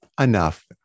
enough